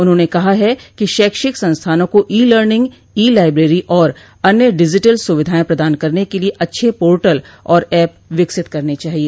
उन्होंन कहा है कि शैक्षिक संस्थानों को ई लर्निंग ई लाइब्रेरी और अन्य डिजिटल सुविधाएं प्रदान करने के लिए अच्छे पोर्टल और ऐप विकसित करने चाहिए